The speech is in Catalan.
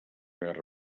guerra